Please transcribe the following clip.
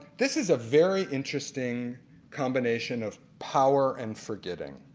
this is a very interesting combination of power and forgetting.